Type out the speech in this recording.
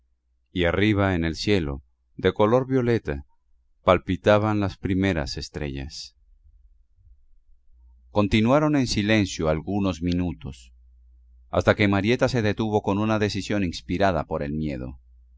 y arriba en el cielo de color violeta palpitaban las primeras estrellas continuaron en silencio algunos minutos hasta que marieta se detuvo con una decisión inspirada por el miedo